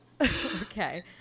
Okay